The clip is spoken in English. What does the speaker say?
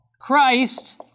Christ